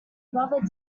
brother